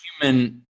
human